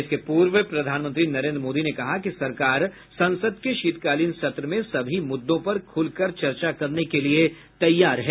इसके पूर्व प्रधानमंत्री नरेन्द्र मोदी ने कहा कि सरकार संसद के शीतकालीन सत्र में सभी मुद्दों पर खुलकर चर्चा करने के लिये तैयार है